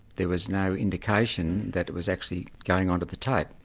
there was no indication that it was actually going onto the tape.